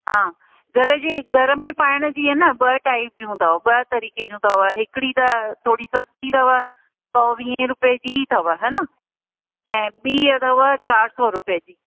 हा घर जे घर में पाइण जी अन ॿ टाइप जूं अथव ॿ तरीक़े जूं अथव हिकिड़ी त थोरी सस्ती अथव सौ वीहे रुपए जी ई अथव इहा ऐं ॿीं अथव चारि सौ रुपए जी